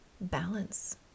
balance